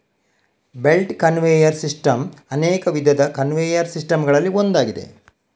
belt conveyor system ಅನೇಕ ವಿಧದ conveyor system ಗಳಲ್ಲಿ ಒಂದಾಗಿದೆ